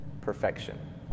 perfection